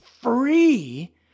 free